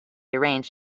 arranged